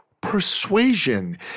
persuasion